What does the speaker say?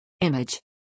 Image